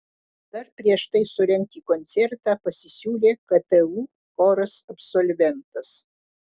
dar prieš tai surengti koncertą pasisiūlė ktu choras absolventas